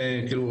כאילו,